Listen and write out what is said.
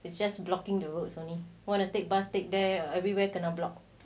it's just blocking the roads only wanna take bus take there everywhere kena block